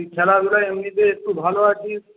তুই খেলাধুলায় এমনিতে একটু ভালো আছিস